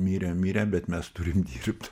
mirė mirė bet mes turim dirbt